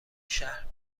شهر